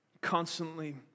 constantly